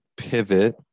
pivot